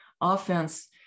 Offense